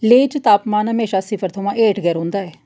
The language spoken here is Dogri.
लेह् च तापमान म्हेशां सिफर थमां हेठ गै रौंह्दा ऐ